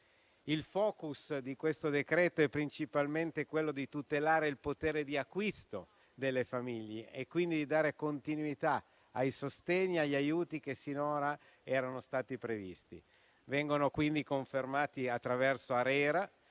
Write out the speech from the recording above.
Il *focus* di questo decreto-legge è principalmente quello di tutelare il potere di acquisto delle famiglie e quindi dare continuità ai sostegni e agli aiuti che sinora erano stati previsti. Vengono quindi confermati attraverso ARERA